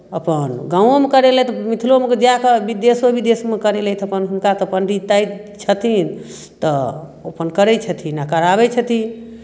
अपन गामोमे करेलथि मिथिलोमे जा कऽ विदेशो विदेशमे करेलथि अपन हुनका तऽ पण्डिताइ छथिन तऽ ओ अपन करैत छथिन आ कराबैत छथिन